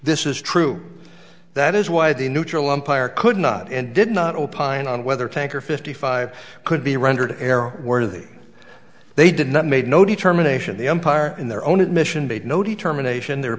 this is true that is why the neutral umpire could not and did not opine on whether tanker fifty five could be rendered error worthy they did not made no determination the umpire in their own admission made no determination their